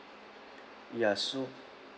ya so